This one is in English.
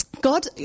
God